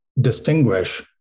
distinguish